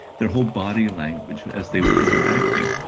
their whole body language as they were interacting.